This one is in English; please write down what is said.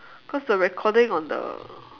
cause the recording on the